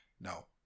no